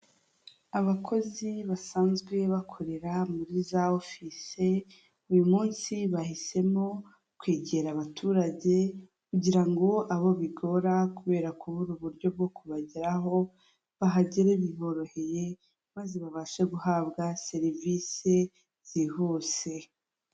Abakozi basanzwe bakorera muri za ofise uyu munsi bahisemo kwegera abaturage kugira ngo abo bigora kubera kubura uburyo bwo kubageraho bahagere biboroheye maze babashe guhabwa serivisi zihuse.